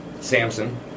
Samson